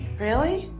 really?